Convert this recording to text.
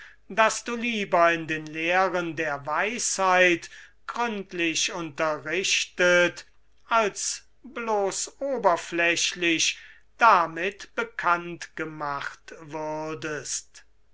daß du lieber in den lehren der weisheit gründlich unterrichtet als oberflächlich damit bekannt gemacht würdest